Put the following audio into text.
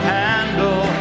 handle